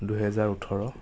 দুহেজাৰ ওঠৰ